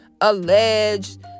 alleged